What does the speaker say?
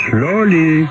Slowly